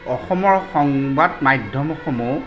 অসমৰ সংবাদ মাধ্যমসমূহ